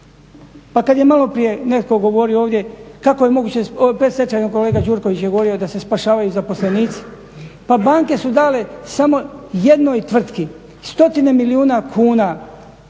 Pa kad je maloprije netko govorio ovdje, kako je moguće predstečajno kolega Gjurković je govorio da se spašavaju zaposlenici. Pa banke su dale samo jednoj tvrtki stotine milijuna kuna